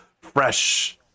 fresh